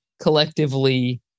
collectively